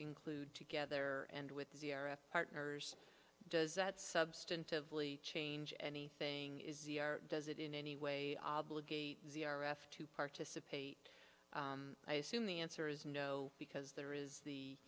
include together and with partners does that substantively change anything does it in any way obligate to participate i assume the answer is no because there is the